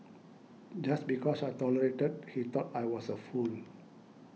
just because I tolerated he thought I was a fool